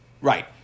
Right